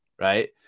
Right